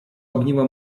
ogniwo